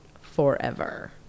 forever